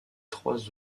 trois